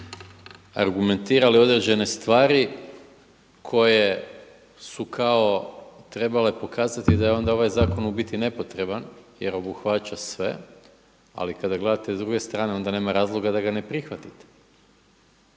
argumentirali određene stvari koje su kao trebale pokazati da je onda ovaj zakon u biti nepotreban jer obuhvaća sve ali kada gledate s druge strane onda nema razloga da ga ne prihvatite.